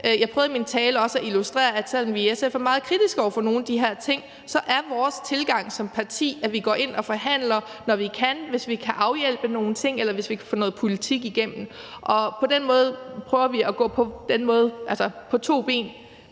Jeg prøvede i min tale også at illustrere, at selv om vi i SF er meget kritiske over for nogle af de her ting, er vores tilgang som parti, at vi går ind og forhandler, når vi kan, hvis vi kan afhjælpe nogle ting, eller hvis vi kan få noget politik igennem. På den måde prøver vi at gå på to ben.